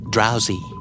Drowsy